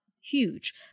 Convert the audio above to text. huge